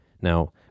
Now